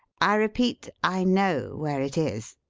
i repeat, i know where it is.